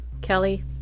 Kelly